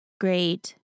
great